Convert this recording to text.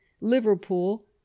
Liverpool